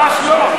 ממש לא.